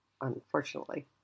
unfortunately